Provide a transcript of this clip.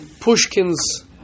Pushkin's